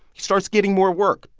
he starts getting more work,